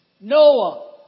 Noah